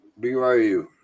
BYU